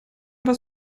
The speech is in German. was